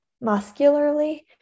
muscularly